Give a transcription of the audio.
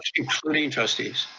including trustees.